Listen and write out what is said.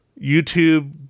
YouTube